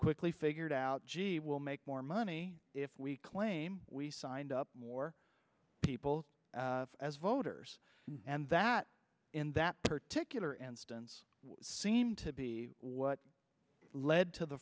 quickly figured out gee will make more money if we claim we signed up more people as voters and that in that particular and stents seem to be what led to the